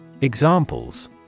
Examples